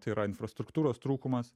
tai yra infrastruktūros trūkumas